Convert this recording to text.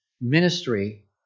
ministry